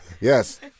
Yes